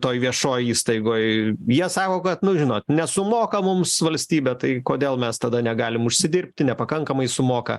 toj viešoj įstaigoj jie sako kad nu žinot nesumoka mums valstybė tai kodėl mes tada negalim užsidirbti nepakankamai sumoka